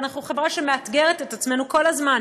ואנחנו חברה שמאתגרת את עצמה כל הזמן,